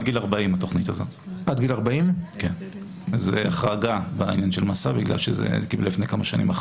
התכנית הזאת עד גיל 40. זה החרגה במדיניות של 'מסע' מלפני כמה שנים,